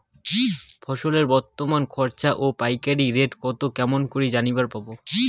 ফসলের বর্তমান খুচরা ও পাইকারি রেট কতো কেমন করি জানিবার পারবো?